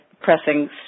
pressing